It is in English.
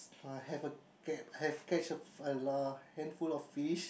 uh have a catch have catch a lot handful of fish